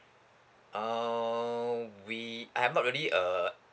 uh we I'm not really uh